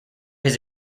his